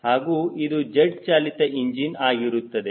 ಹಾಗೂ ಇದು ಜೆಟ್ ಚಾಲಿತ ಇಂಜಿನ್ ಆಗಿರುತ್ತದೆ